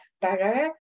better